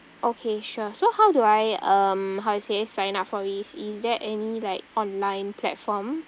okay sure so how do I um how to say sign up for this is there any like online platform